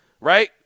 right